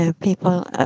people